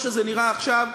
כמו שזה נראה עכשיו,